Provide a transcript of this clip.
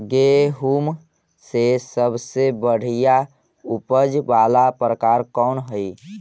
गेंहूम के सबसे बढ़िया उपज वाला प्रकार कौन हई?